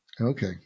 Okay